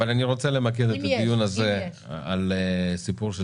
אבל אני רוצה למקד את הדיון הזה על הסיפור של